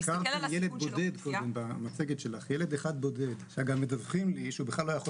ילד בודד שהצגת - מדווחים לי שהוא לא היה חולה קורונה.